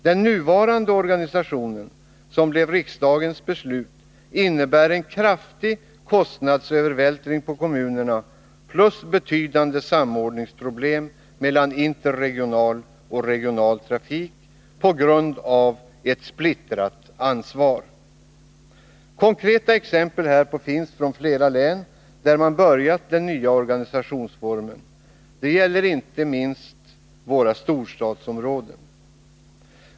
Den nuvarande organisationen — som blev riksdagens beslut — innebär en kraftig kostnadsövervältring på kommunerna samt betydande samordningsproblem mellan interregional och regional trafik, på grund av ett splittrat ansvar. Konkreta exempel härpå finns från flera län, där man börjat den nya organisationsformen. Det gäller inte minst våra storstadsområden.